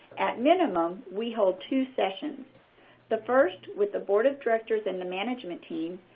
at minimum, we hold two sessions the first with the board of directors and the management team,